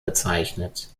bezeichnet